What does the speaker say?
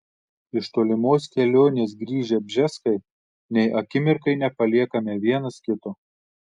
iš tolimos kelionės grįžę bžeskai nei akimirkai nepaliekame vienas kito